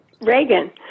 Reagan